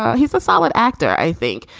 ah he's a solid actor, i think.